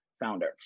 founder